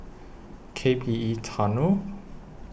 K P E Tunnel